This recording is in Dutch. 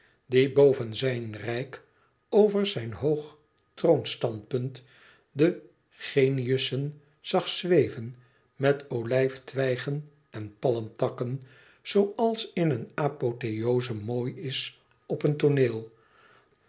die boven zijn rijk over zijn hoog troonstandpunt de geniussen zag zweven met olijftwijgen en palmtakken zooals in een apotheoze mooi is op een tooneel